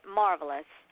marvelous